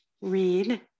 read